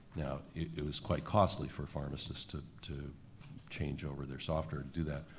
now, it was quite costly for pharmacists to to change over their software to do that.